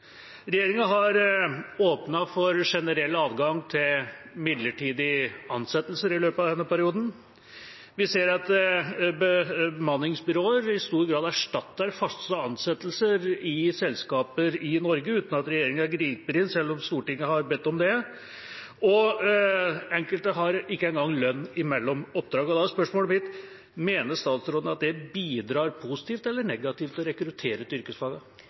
Regjeringa har åpnet for generell adgang til midlertidige ansettelser i løpet av denne perioden. Vi ser at bemanningsbyråer i stor grad erstatter faste ansettelser i selskaper i Norge uten at regjeringa griper inn, selv om Stortinget har bedt om det, og enkelte har ikke engang lønn mellom oppdrag. Da er spørsmålet mitt: Mener statsråden at det bidrar positivt eller negativt til å rekruttere til